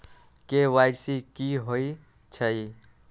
KYC कि होई छई?